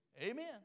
Amen